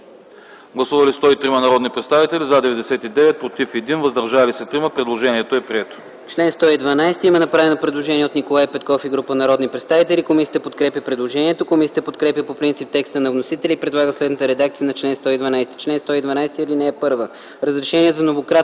Гласували 103 народни представители: за 99, против 1, въздържали се 3. Предложението е прието.